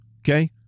Okay